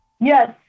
Yes